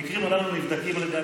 המקרים הללו נבדקים על ידי המשטרה.